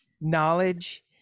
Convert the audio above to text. knowledge